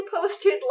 posted